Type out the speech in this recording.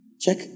Check